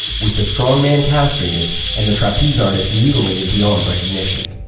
with the strongman castrated and the trapeze artist mutilated beyond recognition.